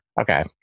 Okay